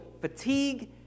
fatigue